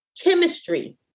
Chemistry